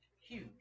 Huge